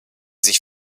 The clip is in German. sich